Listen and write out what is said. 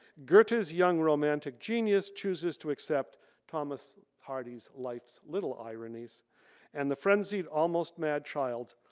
gertes young romantic genius chooses to accept thomas hardy's life's little ironies and the frenzied almost mad child,